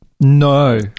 No